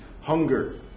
hunger